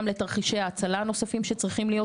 גם לתרחישי ההצלה הנוספים שצריכים להיות,